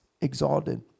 exalted